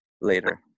later